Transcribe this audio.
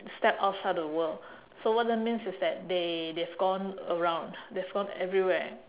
step outside the world so what that means is that they they've gone around they've gone everywhere